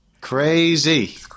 Crazy